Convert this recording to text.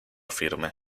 firme